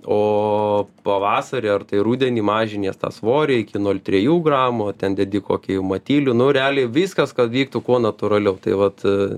o pavasarį ar tai rudenį mažinies tą svorį iki nol trijų gramų o ten dedi kokį jau matylių nu realiai viskas ka vyktų kuo natūraliau tai vat